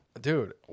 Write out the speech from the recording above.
Dude